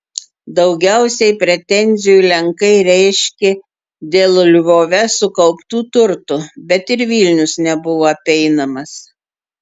daugiausiai pretenzijų lenkai reiškė dėl lvove sukauptų turtų bet ir vilnius nebuvo apeinamas